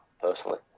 personally